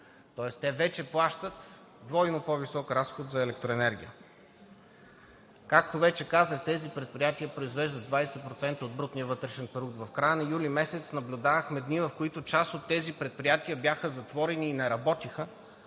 тоест те вече плащат двойно по-висок разход за електроенергия. Както вече казах, тези предприятия произвеждат 20% от брутния вътрешен продукт. В края на месец юли наблюдавахме дни, в които част от тези предприятия бяха затворени и неработеха,